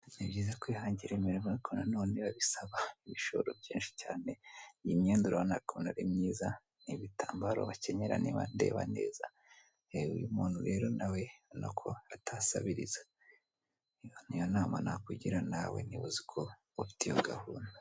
Ni byiza kwihangira imirimo ariko nanone biba bisaba ibishoro byinshi cyane iyi myenda urabona ukuntu, ari myiza n'ibitambaro bakenenyera niba ndeba neza, uyu muntu rero nawe urabona ko atasabiriza. Ni iyo nama nakugira nawe niba uzi ko ufite iyo gahunda.